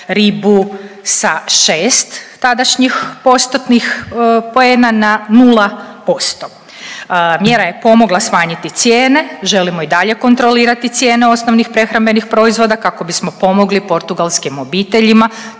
sa 6 tadašnjih postotnih poena na 0%. Mjera je pomogla smanjiti cijene, želimo i dalje kontrolirati cijene osnovnih prehrambenih proizvoda kako bismo pomogli portugalskim obiteljima,